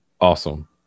Awesome